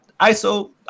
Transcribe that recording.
iso